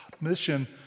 mission